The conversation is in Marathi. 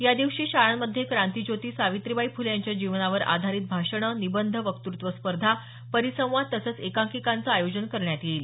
या दिवशी शाळांमध्ये क्रांतिज्योती सावित्रीबाई फुले यांच्या जीवनावर आधारीत भाषणे निबंध वक्तत्व स्पर्धा परिसंवाद तसंच एकांकिकांचं आयोजन करण्यात येईल